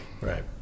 Right